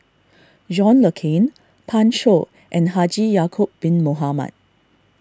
John Le Cain Pan Shou and Haji Ya'Acob Bin Mohamed